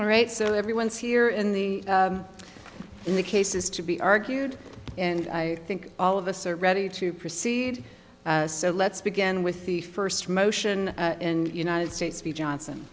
all right so everyone's here in the in the cases to be argued and i think all of us are ready to proceed so let's begin with the first motion and united states v johnson